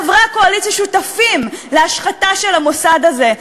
חברי הקואליציה שותפים להשחתה של המוסד הזה,